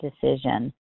decision